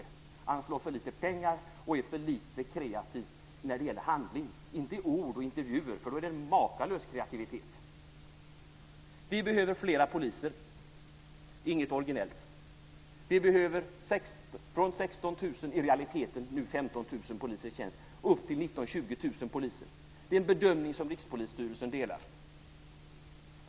Man anslår för lite pengar och är för lite kreativ när det gäller handling, inte i ord och intervjuer för där är det en makalös kreativitet. Vi behöver fler poliser, det är inget originellt. Det är nu 16 000, i realiteten 15 000, poliser i tjänst, och vi behöver upp till 19 000-20 000 poliser. Det är en bedömning som Rikspolisstyrelsen delar.